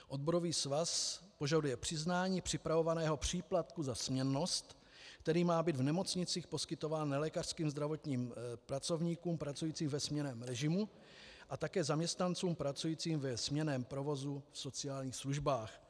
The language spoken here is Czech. Odborový svaz požaduje přiznání připravovaného příplatku za směnnost, který má být v nemocnicích poskytován nelékařským zdravotním pracovníkům pracujícím ve směnném režimu a také zaměstnancům pracujícím ve směnném provozu v sociálních službách.